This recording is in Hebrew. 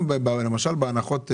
בהנחות בארנונה,